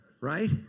right